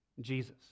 Jesus